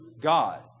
God